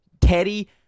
Teddy